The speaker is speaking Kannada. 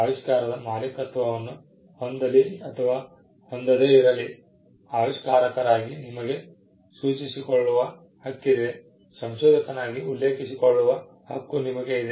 ಆವಿಷ್ಕಾರದ ಮಾಲೀಕತ್ವವನ್ನು ಹೊಂದಲಿ ಅಥವಾ ಹೊಂದದೇ ಇರಲಿ ಆವಿಷ್ಕಾರಕರಾಗಿ ನಿಮಗೆ ಸೂಚಿಸಿಕೊಳ್ಳುವ ಹಕ್ಕಿದೆ ಸಂಶೋಧಕನಾಗಿ ಉಲ್ಲೇಖಿಸಿಕೊಳ್ಳುವ ಹಕ್ಕು ನಿಮಗೆ ಇದೆ